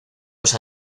los